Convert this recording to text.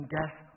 death